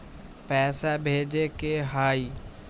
पैसा भेजे के हाइ?